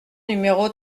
numéro